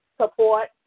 support